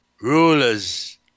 rulers